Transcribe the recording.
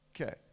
Okay